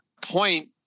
point